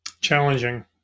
Challenging